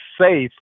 safe